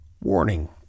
warning